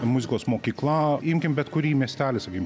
muzikos mokykla imkim bet kurį miestelį sakykim